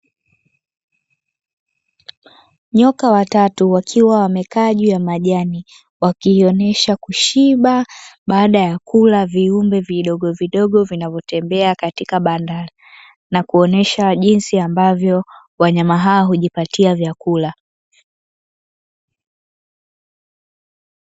Nyoka watatu wakiwa wamekaa juu ya majani, wakionyesha kushiba baada ya kula viumbe vidogovidogo vinavyotembea katika banda, na kuonesha jinsi ambavyo wanyama hao hujipatia vyakula.